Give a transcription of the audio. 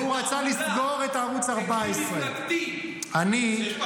והוא רצה לסגור את ערוץ 14. הוא לא רצה לסגור את 14. זו תעמולה,